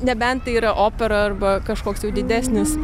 nebent tai yra opera arba kažkoks jau didesnis